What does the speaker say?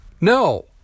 No